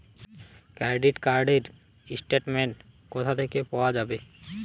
Credit card র statement কোথা থেকে পাওয়া যাবে?